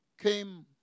came